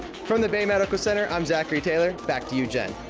from the bay medical center, i'm zachary taylor. back to you, jen.